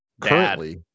currently